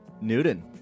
Newton